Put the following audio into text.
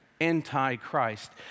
antichrist